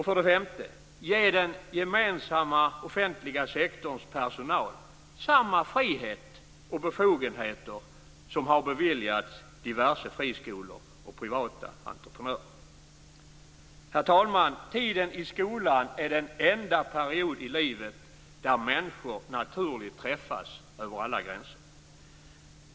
För det femte ska vi ge den gemensamma offentliga sektorns personal samma frihet och befogenheter som har beviljats diverse friskolor och privata entreprenörer. Herr talman! Tiden i skolan är den enda period i livet då människor naturligt träffas över alla gränser.